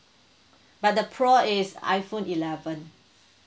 but the pro is iphone eleven